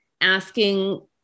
asking